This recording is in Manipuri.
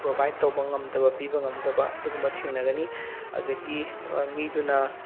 ꯄ꯭ꯔꯣꯕꯥꯏꯠ ꯇꯧꯕ ꯉꯝꯗꯕ ꯄꯤꯕ ꯉꯝꯗꯕ ꯑꯗꯨꯒꯨꯝꯕ ꯊꯦꯡꯅꯒꯅꯤ ꯑꯗꯒꯤ ꯃꯤꯗꯨꯅ